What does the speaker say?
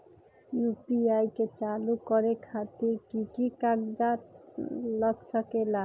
UPI के चालु करे खातीर कि की कागज़ात लग सकेला?